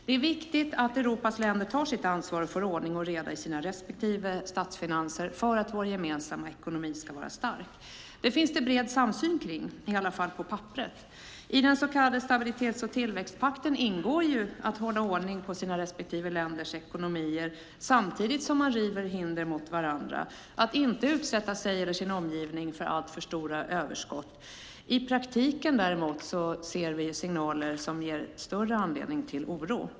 Det är viktigt att Europas länder tar sitt ansvar och får ordning och reda i sina respektive statsfinanser för att vår gemensamma ekonomi ska vara stark. Det finns det bred samsyn om i varje fall på papperet. I den så kallade stabilitets och tillväxtpakten ingår att hålla ordning på sina respektive länders ekonomier samtidigt som man river hinder mot varandra och att man inte utsätta sig eller sin omgivning för alltför stora överskott. I praktiken ser vi däremot signaler som ger större anledning till oro.